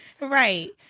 Right